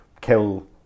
Kill